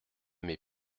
mes